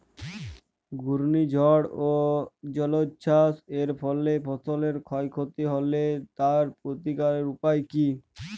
ঘূর্ণিঝড় ও জলোচ্ছ্বাস এর ফলে ফসলের ক্ষয় ক্ষতি হলে তার প্রতিকারের উপায় কী?